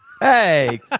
Hey